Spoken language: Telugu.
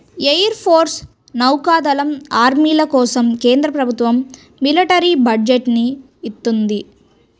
ఎయిర్ ఫోర్సు, నౌకా దళం, ఆర్మీల కోసం కేంద్ర ప్రభుత్వం మిలిటరీ బడ్జెట్ ని ఇత్తంది